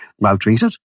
maltreated